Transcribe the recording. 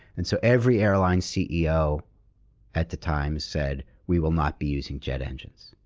and so, every airline ceo at the time said, we will not be using jet engines,